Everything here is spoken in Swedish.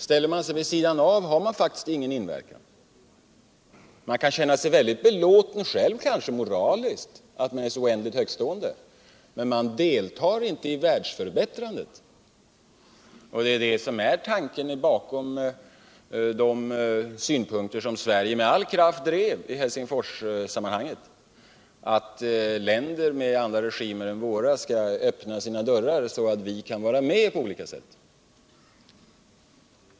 Ställer man sig vid sidan av har man faktiskt ingen möjlighet att påverka. Man kanske kan känna sig mycket belåten själv moraliskt över att man är så oändligt högtstående. Men man deltar inte i världsförbättrandet, och det är det som är tanken bakom de synpunkter Sverige med all kraft drev i Helsingforssammanhang, att länder med andra regimer än vår skulle öppna sina dörrar så att vi kunde vara med på olika sätt.